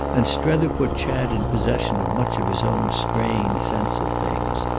and strether put chad in possession of much of his own strained sense of things.